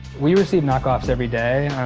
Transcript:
we receive knockoffs every day.